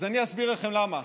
אז אני אסביר לכם למה,